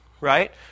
right